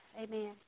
Amen